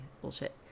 bullshit